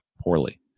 poorly